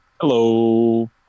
Hello